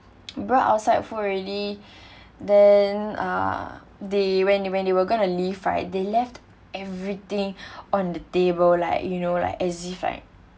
brought outside food already then uh they when they when they were going to leave they left everything on the table like you know like as if like